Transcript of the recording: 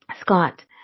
Scott